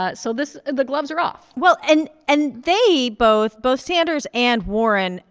but so this the gloves are off well, and and they both both sanders and warren,